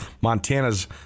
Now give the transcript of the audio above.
Montana's